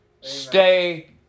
Stay